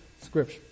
scripture